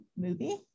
movie